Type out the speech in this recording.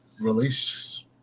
release